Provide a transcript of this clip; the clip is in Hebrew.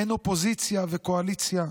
אין אופוזיציה וקואליציה.